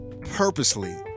purposely